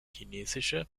chinesische